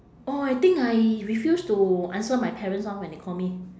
orh I think I refuse to answer my parents orh when they call me